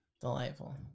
Delightful